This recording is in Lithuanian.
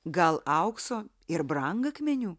gal aukso ir brangakmenių